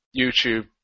YouTube